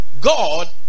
God